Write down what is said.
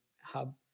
hub